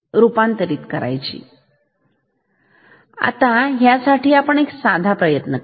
आणि आधी आपण एका साधा प्रयत्न करू